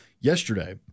yesterday